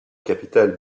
capitale